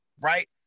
right